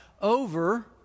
over